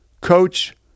coach